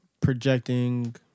projecting